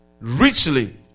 richly